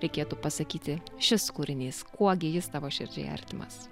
reikėtų pasakyti šis kūrinys kuo gi jis tavo širdžiai artimas